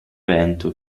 vento